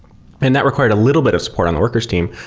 and that required a little bit of support on the workers team,